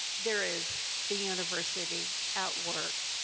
there is the university at work.